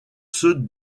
ceux